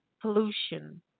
pollution